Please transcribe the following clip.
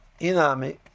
Inami